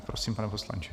Prosím, pane poslanče.